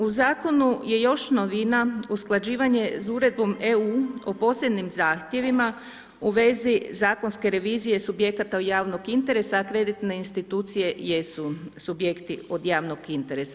U zakonu je još novina usklađivanje s uredbom EU o posebnim zahtjevima u vezi zakonske revizije subjekata od javnog interesa, a kreditne institucije jesu subjekti od javnog interesa.